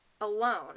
alone